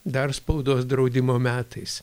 dar spaudos draudimo metais